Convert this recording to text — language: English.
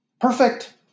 Perfect